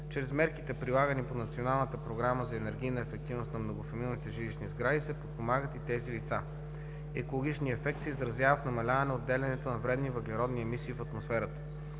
чрез мерките, прилагани по Националната програма за енергийна ефективност на многофамилните жилищни сгради, се подпомагат и тези лица. Екологичният ефект се изразява в намаляване отделянето на вредни въглеродни емисии в атмосферата.